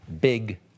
big